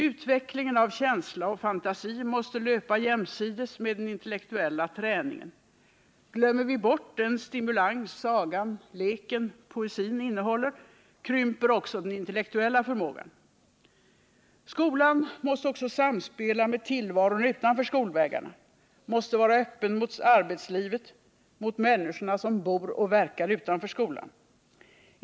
Utvecklingen av känsla och fantasi måste löpa jämsides med den intellektuella träningen. Glömmer vi bort den stimulans sagan, leken och poesin innehåller, krymper också den intellektuella förmågan. Skolan måste också samspela med tillvaron utanför skolväggarna, måste vara öppen mot arbetslivet och mot människorna som bor och verkar utanför skolan.